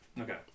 Okay